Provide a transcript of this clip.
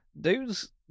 dude's